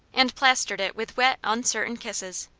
and plastered it with wet, uncertain kisses.